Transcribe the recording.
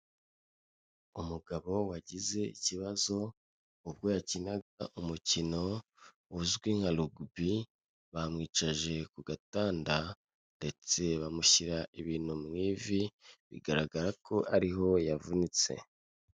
Umugabo wagize ikibazo ubwo yakinaga umukino uzwi nka rugubi, bamwicaje ku gatanda ndetse bamushyira ibintu mu ivi, bigaragara ko ariho yavunitse.